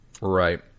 right